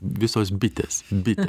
visos bitės bitės